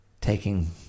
taking